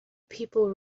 people